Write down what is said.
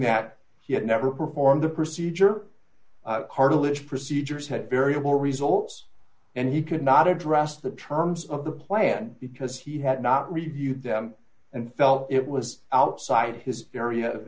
that he had never performed the procedure harless procedures had variable results and he could not address the terms of the plan because he had not reviewed them and felt it was outside his area of